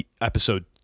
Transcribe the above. episode